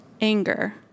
Anger